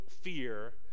fear